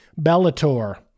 Bellator